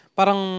parang